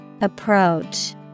Approach